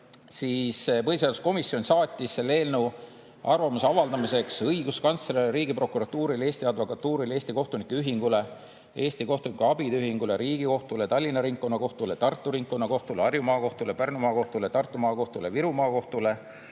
saatis põhiseaduskomisjon selle eelnõu arvamuse avaldamiseks õiguskantslerile, Riigiprokuratuurile, Eesti Advokatuurile, Eesti Kohtunike Ühingule, Eesti Kohtunikuabide Ühingule, Riigikohtule, Tallinna Ringkonnakohtule, Tartu Ringkonnakohtule, Harju Maakohtule, Pärnu Maakohtule, Tartu Maakohtule, Viru Maakohtule,